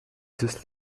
this